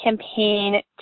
campaign